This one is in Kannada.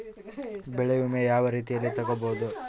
ಬೆಳೆ ವಿಮೆ ಯಾವ ರೇತಿಯಲ್ಲಿ ತಗಬಹುದು?